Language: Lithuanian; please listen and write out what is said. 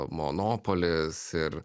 monopolis ir